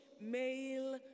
male